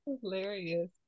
hilarious